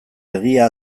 egia